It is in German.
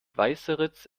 weißeritz